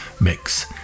mix